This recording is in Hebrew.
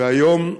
והיום,